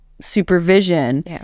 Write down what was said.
supervision